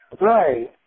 Right